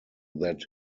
that